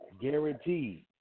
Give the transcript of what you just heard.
Guaranteed